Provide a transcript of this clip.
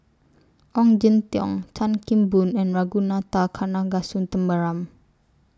Ong Jin Teong Chan Kim Boon and Ragunathar Kanagasuntheram